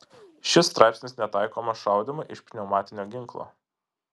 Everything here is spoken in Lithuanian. šis straipsnis netaikomas šaudymui iš pneumatinio ginklo